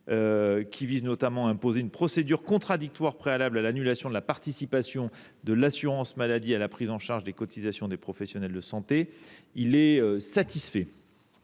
de Mme Gruny tend à imposer une procédure contradictoire préalable à l’annulation de la participation de l’assurance maladie à la prise en charge des cotisations des professionnels de santé : il est satisfait.